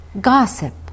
gossip